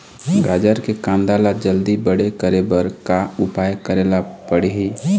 गाजर के कांदा ला जल्दी बड़े करे बर का उपाय करेला पढ़िही?